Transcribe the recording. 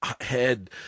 head